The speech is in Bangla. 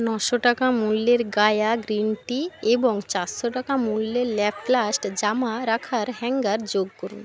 নশো টাকা মূল্যের গায়া গ্রীন টি এবং চারশো টাকা মূল্যের ল্যাপ্লাস্ট জামা রাখার হ্যাঙ্গার যোগ করুন